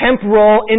temporal